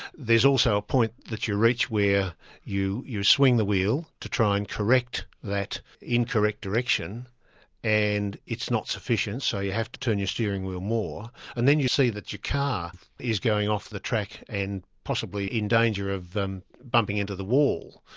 there's also a point that you reach where you you swing the wheel to try and correct that incorrect direction and it's not sufficient, so you have to turn your steering wheel more, and then you see that your car is going off the track and possibly in danger of bumping into the wall.